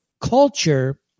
culture